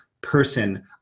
person